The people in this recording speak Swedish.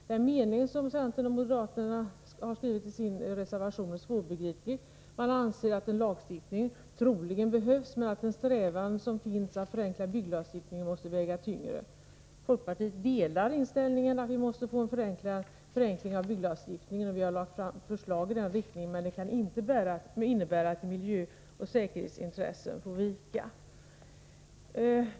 Den mening som centern och moderaterna har framfört i sin reservation är svårbegriplig. De anser att en lagstiftning troligen behövs, men att en strävan att förenkla bygglagstiftningen måste väga tyngre. Folkpartiet delar inställningen att vi måste få en förenkling av bygglagstiftningen, och vi har också lagt fram förslag i den riktningen. Men det kan inte innebära att miljöoch säkerhetsintressen får ge vika.